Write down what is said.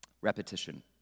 repetition